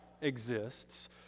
exists